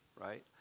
right